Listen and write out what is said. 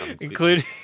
Including